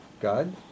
God